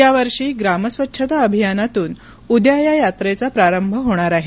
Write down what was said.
यावर्षीग्रामस्वच्छता अभियानातून उद्या या यात्रेचा प्रारंभ होणार आहे